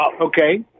Okay